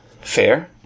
Fair